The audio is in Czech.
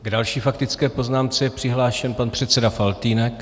K další faktické poznámce je přihlášen pan předseda Faltýnek.